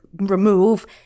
remove